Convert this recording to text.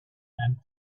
and